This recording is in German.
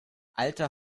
alter